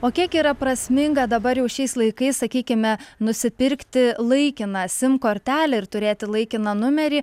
o kiek yra prasminga dabar jau šiais laikais sakykime nusipirkti laikiną sim kortelę ir turėti laikiną numerį